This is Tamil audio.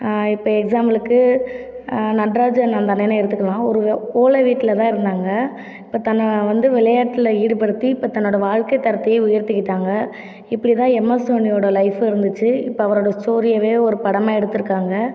இப்போ எக்ஸாம்பிளுக்கு நடராஜன் அந்த அண்ணனையே எடுத்துக்கலாம் ஒரு ஓலை வீட்டில் தான் இருந்தாங்க இப்போ தன்னை வந்து விளையாட்டில் ஈடுபடுத்தி இப்போ தன்னுடைய வாழ்க்கை தரத்தையே உயர்த்திக்கிட்டாங்க இப்படி தான் எம்எஸ் தோனியோடய லைஃப்பும் இருந்துச்சு இப்போ அவரோடய ஸ்டோரியவே ஒரு படமாக எடுத்து இருக்காங்கள்